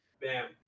Bam